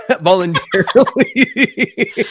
voluntarily